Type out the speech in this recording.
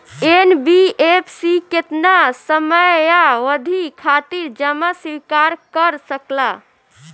NBFC केतना समयावधि खातिर जमा स्वीकार कर सकला?